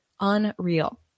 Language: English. Unreal